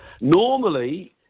normally